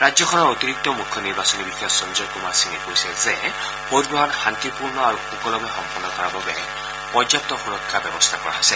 ৰাজ্যখনৰ অতিৰিক্ত মুখ্য নিৰ্বাচনী বিষয়া সঞ্জয় কুমাৰ সিঙে কৈছে যে ভোটগ্ৰহণ শান্তিপূৰ্ণ আৰু সুকলমে সম্পন্ন কৰাৰ বাবে পৰ্যাপ্ত সুৰক্ষা ব্যৱস্থা কৰা হৈছে